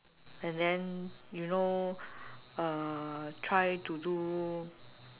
and then you know uh try to do